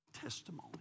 testimony